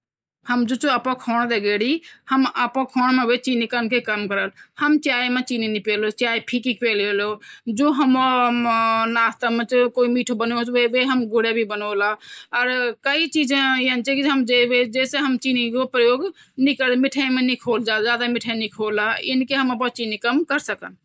बिल्कुल बिल्कुल...बाकी संस्कृतियों मां भी भौत अच्छू खाणों बणद। जन आप पश्चिम बंगाल चलि जा त तौ माछ बणदि बढ़िया से। जन आप राजस्थान चलि जावा तखौ जो मेन खाणों ज्वो व्हंद मिर्ची भुज्जी, केर सांगरी चि। यी मेते भौत अच्छी लगदिन। एकदम देसी रौंदिन जो, सी बढ़िया लगदिन। तनि आप पंजाब चलि जा, पंजाब मां मेते परांठा भौत बढ़िया लगदन, तखा परांठा भौत अच्छा लगदन। बिहार चलि जावा मेते लिट्टी चौखा सबसे बढ़िया लगद। अगर आप उत्तर प्रदेश मां छिन त तौ दही जलेबी बढ़िया से खय्या। भौत टेस्टी ह्वंद।